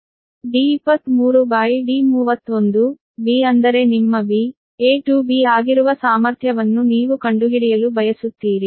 D23D31 ok b ಅಂದರೆ ನಿಮ್ಮ V a to b ಆಗಿರುವ ಸಾಮರ್ಥ್ಯವನ್ನು ನೀವು ಕಂಡುಹಿಡಿಯಲು ಬಯಸುತ್ತೀರಿ